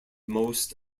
most